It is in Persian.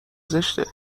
زشته